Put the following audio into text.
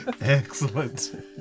Excellent